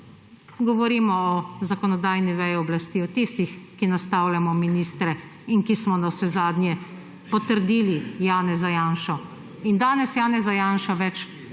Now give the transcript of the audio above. govorimo o zakonodajni veji oblasti, o tistih, ki nastavljamo ministre in ki smo navsezadnje potrdili Janeza Janšo. Danes bi Janeza Janšo